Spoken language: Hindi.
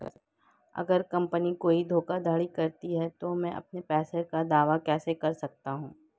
अगर कंपनी कोई धोखाधड़ी करती है तो मैं अपने पैसे का दावा कैसे कर सकता हूं?